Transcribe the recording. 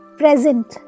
present